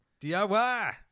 DIY